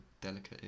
delicate